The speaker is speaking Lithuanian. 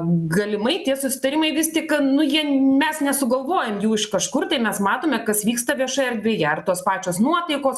galimai tie susitarimai vis tik nu jie mes nesugalvojom jų iš kažkur tai mes matome kas vyksta viešoje erdvėje ar tos pačios nuotaikos